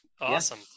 Awesome